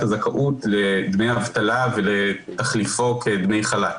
הזכאות לדמי אבטלה ולתחליפו כדמי חל"ת.